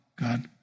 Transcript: God